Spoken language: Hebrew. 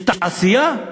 יש תעשייה,